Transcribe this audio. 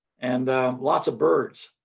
and lots of birds.